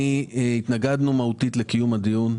התנגדנו מהותית לקיום הדיון.